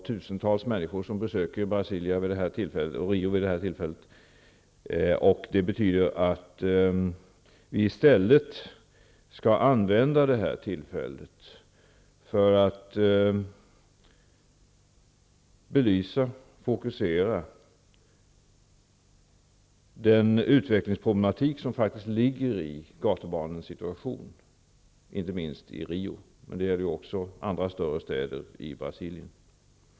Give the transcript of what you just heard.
Tusentals människor kommer att besöka Rio vid detta tillfälle. Det betyder att vi i stället skall använda detta tillfälle till att belysa och fokusera den utvecklingsproblematik som ligger i gatubarnens situation, inte minst i Rio. Det gäller också andra större städer i Brasilien.